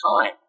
time